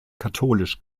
katholisch